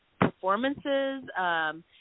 performances